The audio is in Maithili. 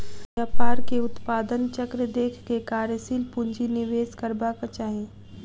व्यापार के उत्पादन चक्र देख के कार्यशील पूंजी निवेश करबाक चाही